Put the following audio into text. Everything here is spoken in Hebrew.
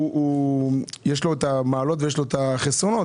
יש לו מעלות וחסרונות.